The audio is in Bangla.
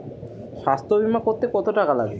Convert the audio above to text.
স্বাস্থ্যবীমা করতে কত টাকা লাগে?